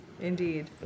indeed